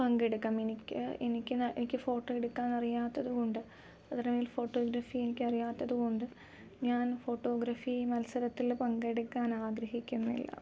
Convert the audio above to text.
പങ്കെടുക്കാം എനിക്ക് എനിക്ക് എനിക്ക് ഫോട്ടോയെടുക്കാൻ അറിയാത്തതുകൊണ്ട് അതല്ലെങ്കിൽ ഫോട്ടോഗ്രാഫി എനിക്കറിയാത്തതുകൊണ്ട് ഞാൻ ഫോട്ടോഗ്രഫി മത്സരത്തില് പങ്കെടുക്കാൻ ആഗ്രഹിക്കുന്നില്ല